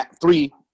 three